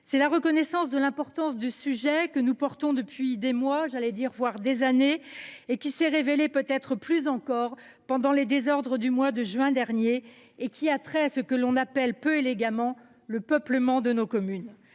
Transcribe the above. vois la reconnaissance de l’importance du sujet que nous défendons depuis des mois, voire des années, et qui s’est révélé peut être plus encore pendant les désordres du mois de juin dernier. Il a trait à ce que l’on appelle peu élégamment le « peuplement » de nos communes.